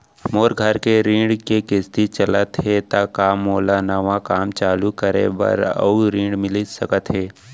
मोर घर के ऋण के किसती चलत हे ता का मोला नवा काम चालू करे बर अऊ ऋण मिलिस सकत हे?